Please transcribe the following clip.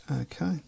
Okay